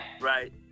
Right